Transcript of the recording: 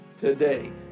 today